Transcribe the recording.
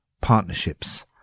Partnerships